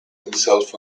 himself